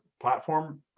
platform